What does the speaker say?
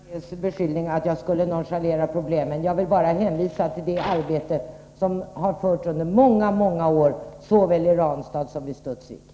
Herr talman! Jag vill bara kommentera herr Franzéns beskyllning att jag skulle nonchalera problemet. Jag vill hänvisa till det arbete som har utförts under många år såväl i Ranstad som i Studsvik.